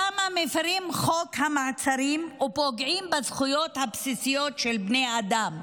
שם מפירים את חוק המעצרים ופוגעים בזכויות הבסיסיות של בני אדם.